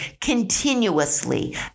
continuously